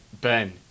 Ben